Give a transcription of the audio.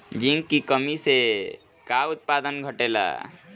Zinc की कमी से का उत्पादन घटेला?